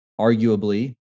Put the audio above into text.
arguably